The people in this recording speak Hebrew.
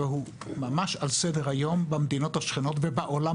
והוא ממש על סדר היום במדינות השכנות ובעולם